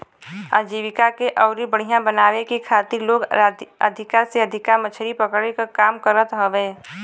आजीविका के अउरी बढ़ियां बनावे के खातिर लोग अधिका से अधिका मछरी पकड़े क काम करत हवे